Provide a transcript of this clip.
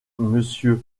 monsieur